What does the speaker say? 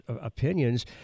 opinions